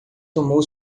tomou